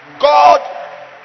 God